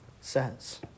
says